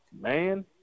man